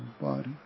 body